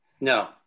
No